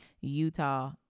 Utah